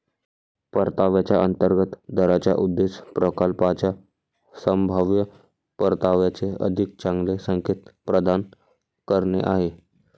परताव्याच्या अंतर्गत दराचा उद्देश प्रकल्पाच्या संभाव्य परताव्याचे अधिक चांगले संकेत प्रदान करणे आहे